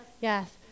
Yes